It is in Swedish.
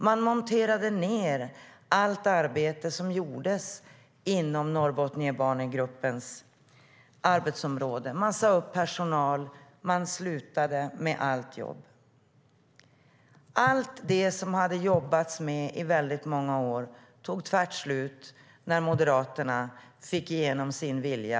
Man monterade ned allt arbete som gjordes inom Norrbotniabanegruppens arbetsområde. Man sade upp personal. Man slutade med allt jobb. Allt det som man hade jobbat med i många år tog tvärt slut när Moderaterna fick igenom sin vilja.